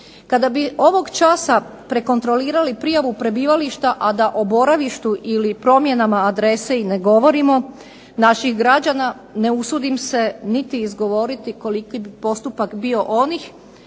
Kada bi ovog časa prekontrolirali prijavu prebivališta, a da o boravištu ili promjenama adrese i ne govorimo naših građana ne usudim se niti izgovoriti koliki bi postupak bio onih